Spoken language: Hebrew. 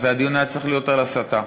הדיון היה צריך להיות על הסתה.